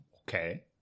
Okay